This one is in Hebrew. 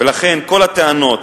ולכן כל הטענות,